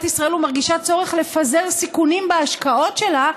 ישראל ומרגישה צורך לפזר סיכונים בהשקעות שלה,